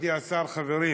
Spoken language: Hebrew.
מכובדי השר, חברים.